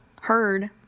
heard